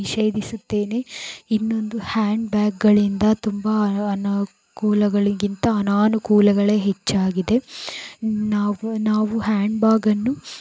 ನಿಷೇಧಿಸುತ್ತೇನೆ ಇನ್ನೊಂದು ಹ್ಯಾಂಡ್ ಬ್ಯಾಗ್ಗಳಿಂದ ತುಂಬ ಅನುಕೂಲಗಳಿಗಿಂತ ಅನನುಕೂಲಗಳೇ ಹೆಚ್ಚಾಗಿದೆ ನಾವು ನಾವು ಹ್ಯಾಂಡ್ ಬ್ಯಾಗನ್ನು